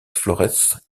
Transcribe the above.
flores